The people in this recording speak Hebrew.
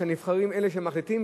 שהנבחרים הם אלה שמחליטים,